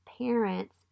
parents